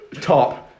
top